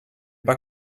pas